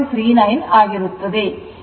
39 ಆಗಿರುತ್ತದೆ